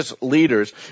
Leaders